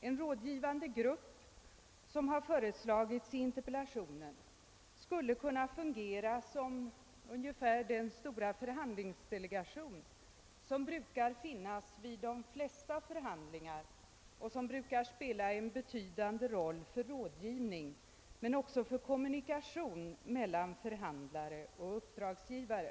En rådgivande grupp av det slag som skisseras i interpellationen skulle kunna fungera ungefär som den stora förhandlingsdelegation som brukar finnas vid de flesta förhandlingar och som spelar en betydande roll för rådgivning men också för kommunikationen mellan förhandlare och uppdragsgivare.